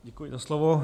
Děkuji za slovo.